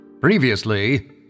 Previously